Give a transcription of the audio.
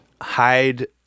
hide